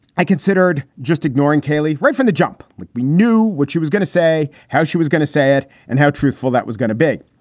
i considered just ignoring caylee right from the jump. look, we knew what she was going to say, how she was going to say it, and how truthful that was going to be.